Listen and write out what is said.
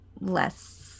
less